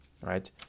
right